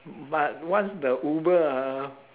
but once the uber ah